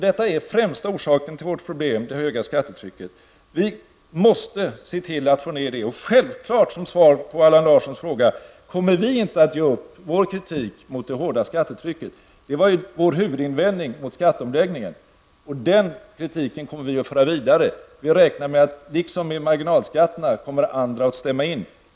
Den främsta anledningen till vårt problem är det höga skattetrycket, och vi måste se till att få ned det. Som svar på Allan Larssons fråga vill jag säga att sjävfallet kommer vi inte att ge upp vår kritik mot det höga skattetrycket. Detta skattetryck var ju vår huvudinvändning mot skatteomläggningen, och den kritiken kommer vi att föra vidare. Liksom när det gäller marginalskatterna räknar vi med att andra kommer att instämma.